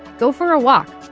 go for a walk.